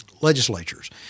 legislatures